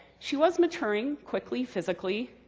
she was maturing quickly, physically,